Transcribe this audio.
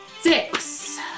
Six